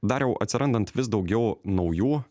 dariau atsirandant vis daugiau naujų